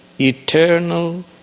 eternal